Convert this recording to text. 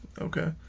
Okay